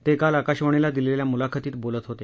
ते काल आकाशवाणीला दिलेल्या मुलाखतीत बोलत होते